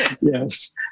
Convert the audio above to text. Yes